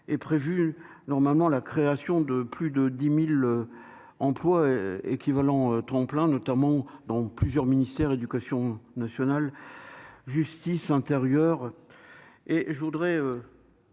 est prévue normalement la création de plus de 10000 emplois équivalents tremplin notamment donc plusieurs ministères Éducation nationale Justice intérieur et je voudrais